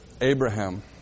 Abraham